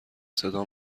صدا